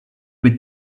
with